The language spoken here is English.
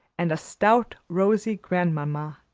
and a stout, rosy grand-mamma,